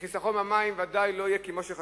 מהחיסכון במים ודאי לא תהיה כמו שחשבו.